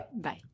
Bye